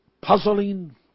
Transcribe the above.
puzzling